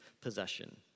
possession